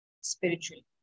spiritually